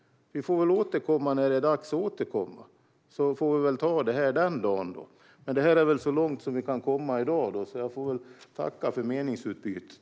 Vi får väl återkomma när det är dags att återkomma, och så får vi ta det den dagen. Detta är så långt som vi kan komma i dag, så jag tackar för meningsutbytet.